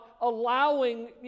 allowing